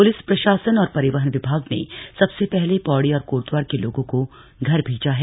police प्रशासन और परिवहन विभाग ने सबसे पहले पौड़ी और कोटद्धार के लोगों को घर भेजा है